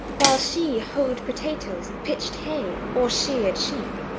while she hoed potatoes, pitched hay, or sheared sheep.